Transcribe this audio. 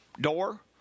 door